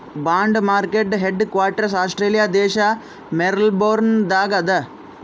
bond market headquarters Australia ದೇಶ್ Melbourne ದಾಗ್ ಅದಾ